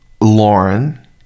Lauren